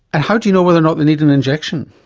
and how do you know whether or not they need an injection?